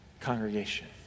congregation